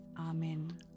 Amen